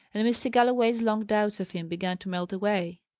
and mr. galloway's long doubts of him began to melt away.